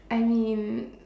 I mean